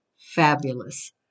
fabulous